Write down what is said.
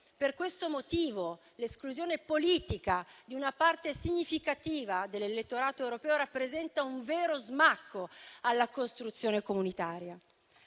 Per questo motivo l'esclusione politica di una parte significativa dell'elettorato europeo rappresenta un vero smacco alla costruzione comunitaria.